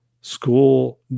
school